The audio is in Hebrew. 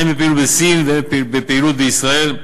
הן בפעילות בסין והן בפעילות בישראל.